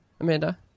Amanda